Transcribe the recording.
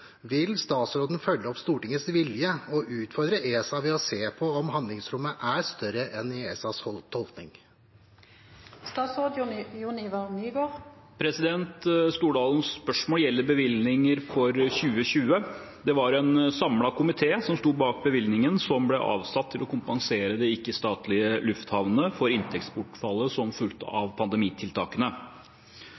Vil statsråden følge opp Stortingets vilje og utfordre ESA ved å se på om handlingsrommet er større enn i ESAs tolkning?» Stordalens spørsmål gjelder bevilgninger for 2020. Det var en samlet komité som sto bak bevilgningen som ble avsatt for å kompensere de ikke-statlige lufthavnene for inntektsbortfallet som fulgte